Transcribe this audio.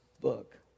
book